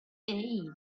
hey